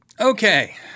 okay